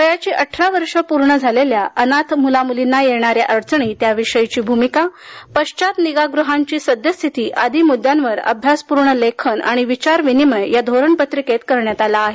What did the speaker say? वयाची अठरा वर्षे पूर्ण झालेल्या अनाथ मुला मुलींना येणाऱ्या अडचणी त्याविषयीची भूमिका पश्चात निगा ग्रहांची सद्यस्थिती आदि मुद्द्यांवर अभ्यासप्रर्ण लेखन आणि विचारविनिमय या धोरणपत्रिकेत करण्यात आला आहे